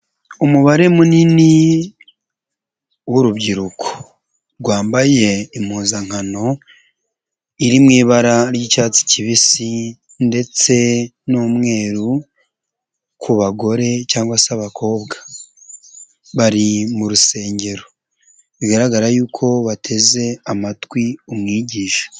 Umubare munini w'urubyiruko rwambaye impuzankano iri mu ibara ry'icyatsi kibisi ndetse n'umweru ku bagore cyangwa se abakobwa. Bari mu rusengero. Bigaragara yuko bateze amatwi umwigisha.